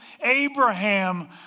Abraham